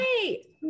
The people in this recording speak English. great